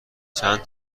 چند